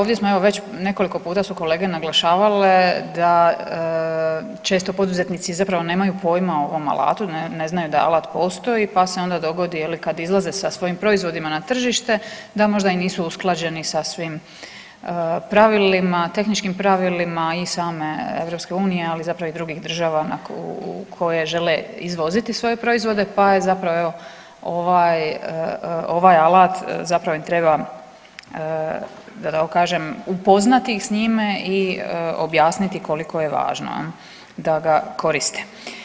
Ovdje smo evo već nekoliko puta su kolege naglašavale da često poduzetnici zapravo nemaju pojma o ovom alatu, ne znaju da alat postoji, pa se onda dogodi je li kad izlaze sa svojim proizvodima na tržište da možda i nisu usklađeni sa svim pravilima, tehničkim pravilima i same EU, ali zapravo i drugih država koje žele izvoziti svoje proizvode, pa je zapravo evo ovaj, ovaj alat zapravo im treba da tako kažem upoznati ih s njime i objasniti koliko je važno jel da ga koriste.